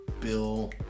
Bill